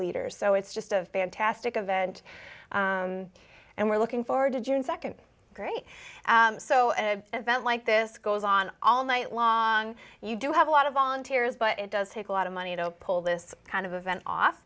leaders so it's just a fantastic event and we're looking forward to june nd great so that like this goes on all night long you do have a lot of volunteers but it does take a lot of money to pull this kind of event off